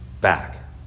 back